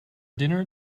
dinner